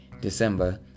December